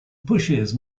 pushes